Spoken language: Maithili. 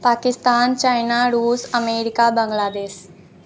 पाकिस्तान चाइना रूस अमेरिका बांग्लादेश